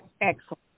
Excellent